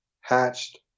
hatched